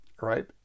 Right